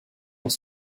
dans